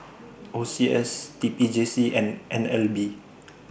O C S T P J C and N L B